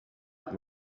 kuri